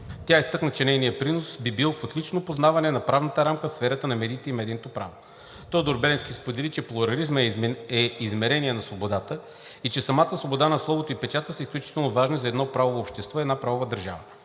Тя изтъкна, че нейният принос би бил в отличното познаване на правната рамка в сферата на медиите и медийното право. Тодор Беленски сподели, че плурализмът е измерение на свободата и че самата свобода на словото и печата са изключително важни за едно правово общество и една правова държава.